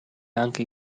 anche